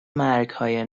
مرگهای